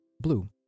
blue